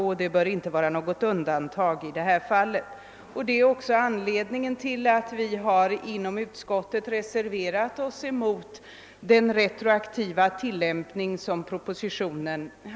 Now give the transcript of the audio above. Detta fall bör inte utgöra något undantag, och det är anledningen till att de borgerliga ledamöterna inom utskottet har reserverat sig mot den retroaktiva tilllämpning som föreslås i propositionen.